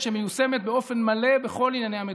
שמיושמת באופן מלא בכל ענייני המדינה,